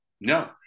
no